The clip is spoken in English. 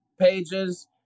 pages